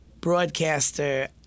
broadcaster